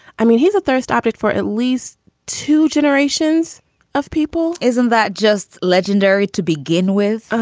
i mean, he's a thirst opted for at least two generations of people. isn't that just legendary to begin with?